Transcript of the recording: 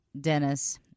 Dennis